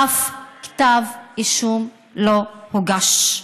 אף כתב אישום אחד לא הוגש.